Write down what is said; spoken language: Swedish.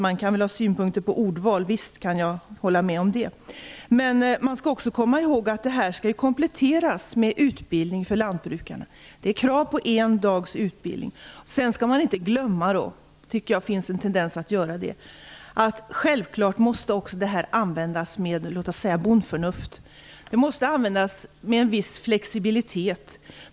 Man kan visst ha synpunkter på ordval, jag kan hålla med om det. Men man skall också komma ihåg att det här skall kompletteras men utbildning för lantbrukarna. Det är krav på en dags utbildning. Sedan skall man inte glömma - jag tycker att det finns en tendens att göra det - att det här självklart måste användas med bondförnuft. Det måste användas med en viss flexibilitet.